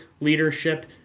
leadership